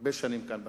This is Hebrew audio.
הרבה שנים כאן בכנסת,